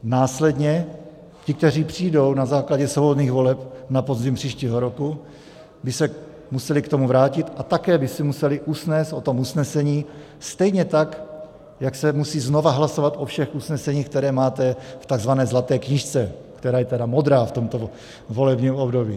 Následně ti, kteří přijdou na základě svobodných voleb na podzim příštího roku, by se museli k tomu vrátit a také by se museli usnést o tom usnesení stejně tak, jak se musí znovu hlasovat o všech usneseních, která máte v tzv. zlaté knížce, která je tedy modrá v tomto volebním období.